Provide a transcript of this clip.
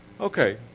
Okay